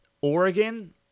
Oregon